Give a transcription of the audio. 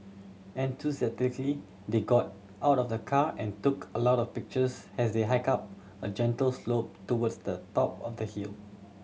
enthusiastically they got out of the car and took a lot of pictures as they hike up a gentle slope towards the top of the hill